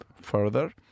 further